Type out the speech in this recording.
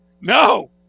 No